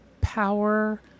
power